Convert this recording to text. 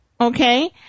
Okay